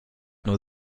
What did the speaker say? nur